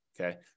Okay